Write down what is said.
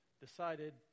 decided